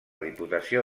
diputació